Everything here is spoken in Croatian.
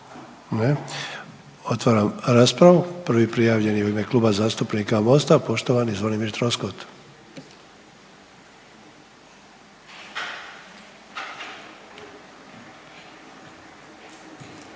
Otvaram raspravu, prvi prijavljeni u ime Kluba zastupnika Mosta poštovani Zvonimir Troskot.